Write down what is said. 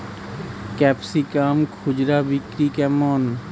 Capsicum খুচরা বিক্রি কেমন?